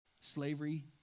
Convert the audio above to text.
Slavery